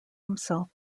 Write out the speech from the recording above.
himself